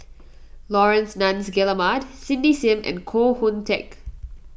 Laurence Nunns Guillemard Cindy Sim and Koh Hoon Teck